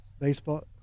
baseball